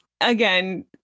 again